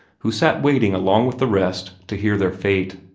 who sat waiting along with the rest to hear their fate.